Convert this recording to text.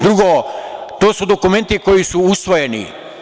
To su dokumenti koji su usvojeni.